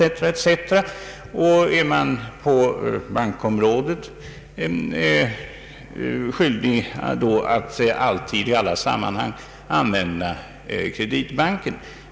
Är man på bankområdet skyldig att i alla sammanhang använda Kreditbanken?